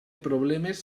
problemes